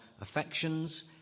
affections